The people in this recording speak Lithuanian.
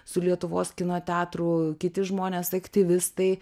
su lietuvos kino teatru kiti žmonės aktyvistai